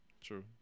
True